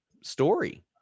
story